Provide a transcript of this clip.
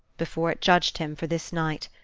before it judged him for this night,